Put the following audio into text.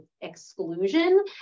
exclusion